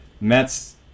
mets